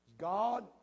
God